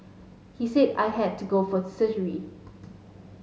he said I had to go for surgery